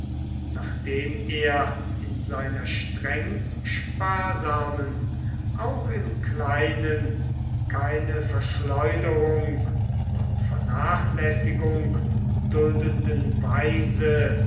nachdem er in seiner streng sparsamen auch im kleinen keine verschleuderung und vernachlässigung duldenden weise